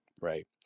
right